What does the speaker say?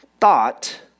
thought